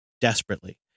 desperately